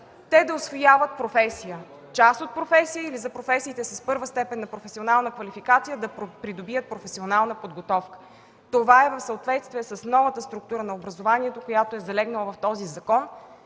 те да усвояват професия, част от професия или за професиите с І степен на професионална квалификация да придобият професионална подготовка. Това е в съответствие с новата структура на образованието, която е залегнала в този закон,